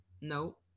no